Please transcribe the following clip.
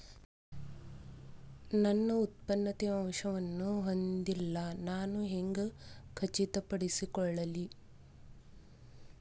ನನ್ನ ಉತ್ಪನ್ನ ತೇವಾಂಶವನ್ನು ಹೊಂದಿಲ್ಲಾ ನಾನು ಹೆಂಗ್ ಖಚಿತಪಡಿಸಿಕೊಳ್ಳಲಿ?